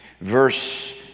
verse